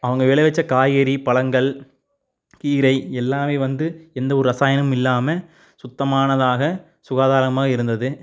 அவங்க விளைவித்த காய்கறி பழங்கள் கீரை எல்லாமே வந்து எந்தவொரு ரசாயனமும் இல்லாமல் சுத்தமானதாக சுகாதாரமாக இருந்தது